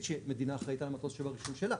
שמדינה אחראית על המטוס של הרישום שלה.